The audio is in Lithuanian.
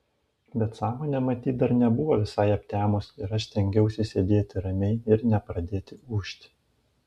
bet sąmonė matyt dar nebuvo visai aptemus ir aš stengiausi sėdėti ramiai ir nepradėti ūžt